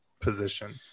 position